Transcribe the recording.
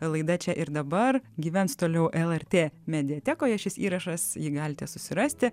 laida čia ir dabar gyvens toliau lrt mediatekoje šis įrašas jį galite susirasti